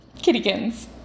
Kittykins